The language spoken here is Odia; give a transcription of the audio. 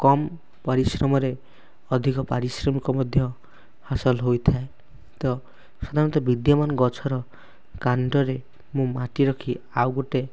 କମ୍ ପରିଶ୍ରମରେ ଅଧିକ ପାରିଶ୍ରମିକ ମଧ୍ୟ ହାସଲ ହୋଇଥାଏ ତ ସାଧାରଣତଃ ବିଦ୍ୟମାନ ଗଛର କାଣ୍ଡରେ ମୁଁ ମାଟି ରଖି ଆଉ ଗୋଟେ